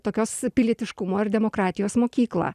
tokios pilietiškumo ir demokratijos mokyklą